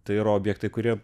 tai yra objektai kurie